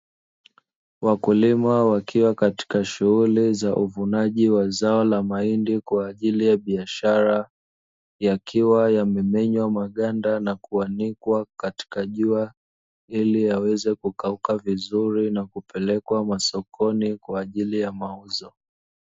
Wakulima wakiwa katika shughuli ya uvunaji wa zao la mahindi kwa ajili ya biashara. Yakiwa yamemenywa maganda na kuanikwa katika jua, ili yaweze kukauka vizuri na kupelekwa masokoni kwa ajili ya mauzo.